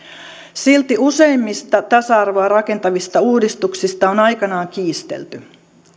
silti useimmista tasa arvoa rakentavista uudistuksista on aikanaan kiistelty